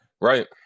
right